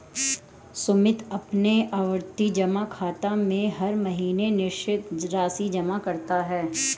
सुमित अपने आवर्ती जमा खाते में हर महीने निश्चित राशि जमा करता है